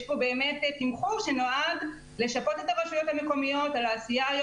יש פה תמחור שנועד לשפות את הרשויות המקומיות על העשייה.